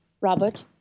Robert